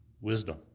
wisdom